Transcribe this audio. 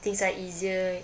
things are easier